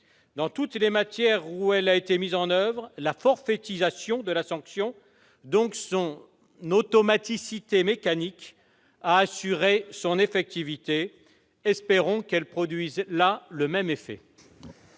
Dans toutes les matières où elle a été mise en oeuvre, la forfaitisation de la sanction, qui garantit son automaticité mécanique, a assuré son effectivité. Espérons qu'elle produise là le même effet